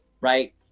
right